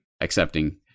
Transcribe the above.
accepting